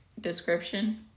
description